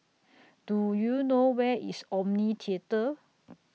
Do YOU know Where IS Omni Theatre